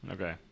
Okay